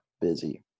busy